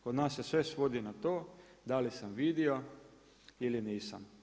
Kod nas se sve svodi na to da li sam vidio ili nisam.